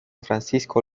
francisco